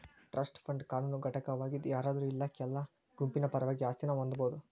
trust fund ಕಾನೂನು ಘಟಕವಾಗಿದ್ ಯಾರಾದ್ರು ಇಲ್ಲಾ ಕೆಲ ಗುಂಪಿನ ಪರವಾಗಿ ಆಸ್ತಿನ ಹೊಂದಬೋದು